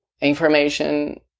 information